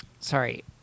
sorry